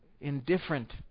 indifferent